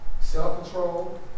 self-control